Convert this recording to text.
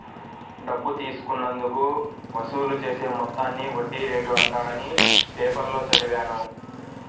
డబ్బు తీసుకున్నందుకు వసూలు చేసే మొత్తాన్ని వడ్డీ రేటు అంటారని పేపర్లో చదివాను